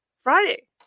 Friday